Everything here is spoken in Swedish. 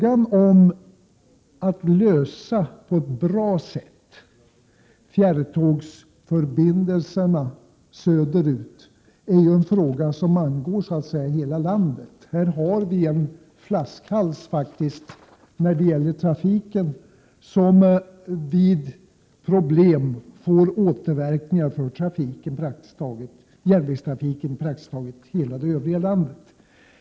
Att lösa fjärrtågsförbindelserna söderut på ett bra sätt är så att säga en fråga som angår hela landet. Här har vi faktiskt en flaskhals i kommunikationerna som vid problem i trafiken får återverkningar för järnvägsförbindelserna i praktiskt taget hela det övriga landet.